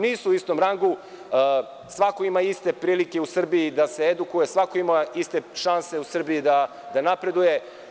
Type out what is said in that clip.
Nisu u istom rangu, svako ima iste prilike u Srbiji da se edukuje, svako ima iste šanse u Srbiji da napreduje.